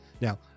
Now